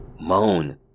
moan